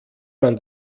man